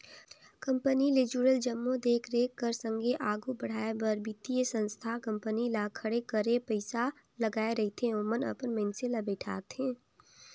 company ले जुड़ल जम्मो देख रेख कर संघे आघु बढ़ाए बर बित्तीय संस्था कंपनी ल खड़े करे पइसा लगाए रहिथे ओमन अपन मइनसे ल बइठारथे